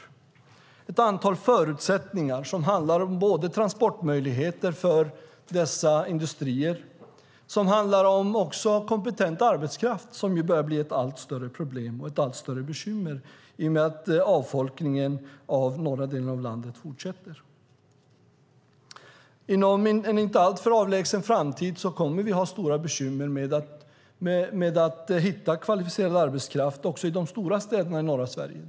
Det krävs ett antal förutsättningar, till exempel transportmöjligheter för dessa industrier och kompetent arbetskraft, vilket börjar bli ett allt större problem och ett allt större bekymmer i och med att avfolkningen av norra delen av landet fortsätter. Inom en inte alltför avlägsen framtid kommer vi att ha stora bekymmer med att hitta kvalificerad arbetskraft också i de stora städerna i norra Sverige.